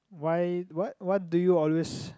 why what what do you always